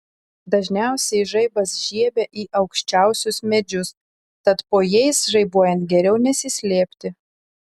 dažniausiai žaibas žiebia į aukščiausius medžius tad po jais žaibuojant geriau nesislėpti